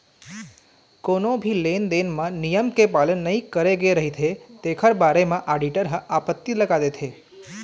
कोनो भी लेन देन म नियम के पालन नइ करे गे रहिथे तेखर बारे म आडिटर ह आपत्ति लगा देथे